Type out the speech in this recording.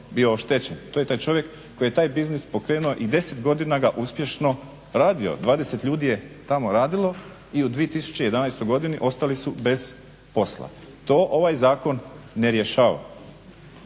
bio oštećen. To je taj čovjek koji je taj biznis pokrenuo i 10 godina ga uspješno radio. 20 ljudi je tamo radilo i u 2011. godini ostali su bez posla. To ovaj zakon ne rješava.